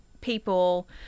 people